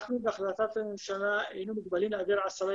אנחנו בהחלטת הממשלה היינו מוגבלים להעביר עשרה